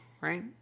Right